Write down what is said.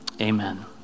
amen